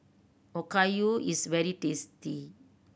okayu is very tasty